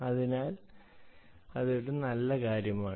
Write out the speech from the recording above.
അതിനാൽ അതൊരു നല്ല കാര്യമാണ്